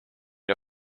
der